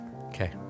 Okay